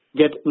get